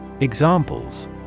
Examples